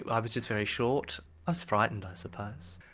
i was just very short i was frightened i suppose.